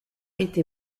été